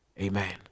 Amen